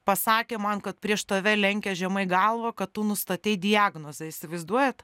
pasakė man kad prieš tave lenkia žemai galvą kad tu nustatei diagnozę įsivaizduojat